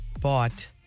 bought